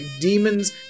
demons